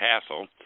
hassle